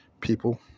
people